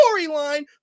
storyline